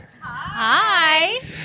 hi